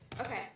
Okay